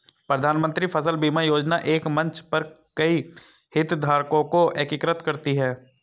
प्रधानमंत्री फसल बीमा योजना एक मंच पर कई हितधारकों को एकीकृत करती है